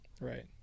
right